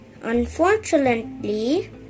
Unfortunately